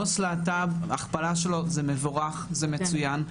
עו"ס להט"ב - הכפלה שלו זה מבורך, זה מצוין.